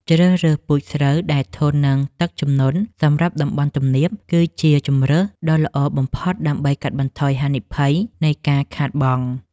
ជ្រើសរើសពូជស្រូវដែលធន់នឹងទឹកជំនន់សម្រាប់តំបន់ទំនាបគឺជាជម្រើសដ៏ល្អបំផុតដើម្បីកាត់បន្ថយហានិភ័យនៃការខាតបង់។